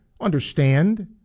understand